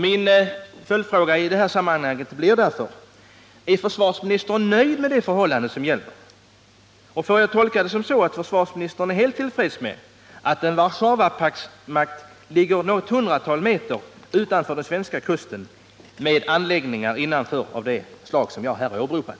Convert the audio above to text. Min följdfråga blir därför: Är försvarsministern nöjd med det förhållandet? Får jag tolka situationen så att försvarsministern är helt till freds med att en Warszawapaktsmakt ligger något hundratal meter utanför den svenska kusten med anläggningar av det slag jag här beskrivit?